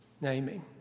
Naming